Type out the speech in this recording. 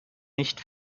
nicht